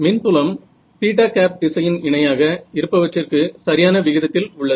மின்புலம் திசையின் இணையாக இருப்பவற்றிற்கு சரியான விகிதத்தில் உள்ளது